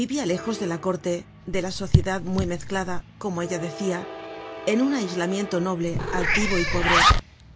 vivia lejos de la corte de la sociedad muy mezclada como ella decia en un aislamiento noble altivo y pobre